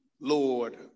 Lord